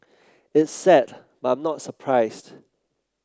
it's sad but I'm not surprised